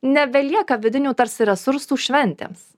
nebelieka vidinių tarsi resursų šventėms